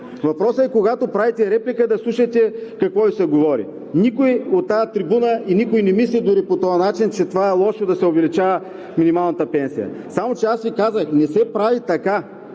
Въпросът е, когато правите реплика, да слушате какво Ви се говори. Никой от тази трибуна, никой дори не мисли по този начин – че е лошо да се увеличава минималната пенсия. Само че аз Ви казах: не се прави така,